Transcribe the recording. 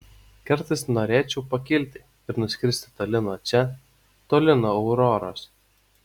kartais norėčiau pakilti ir nuskristi toli nuo čia toli nuo auroros